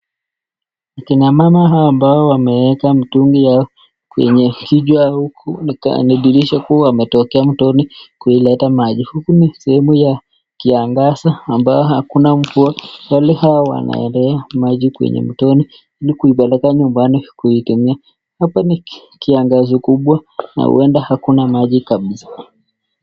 Akina mama hao ambao wameweka mtungi Yao kwenye kichwa ni dirisha juu wanetokea mtoni kuileta maji huku ni sehemu ya kiangazi ambao hakuna mvua pale hao wanaeleza maji kwenye mtoni ili kupeleka nyumbani kutumia hapa ni kiangazi kubwa na huenda hakuna maji kabisa.